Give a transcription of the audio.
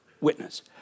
witness